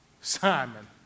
Simon